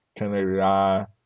1080i